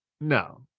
No